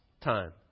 time